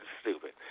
stupid